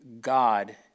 God